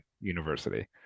University